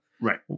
Right